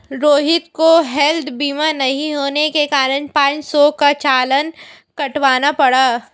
रोहित को हैल्थ बीमा नहीं होने के कारण पाँच सौ का चालान कटवाना पड़ा